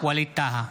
ווליד טאהא,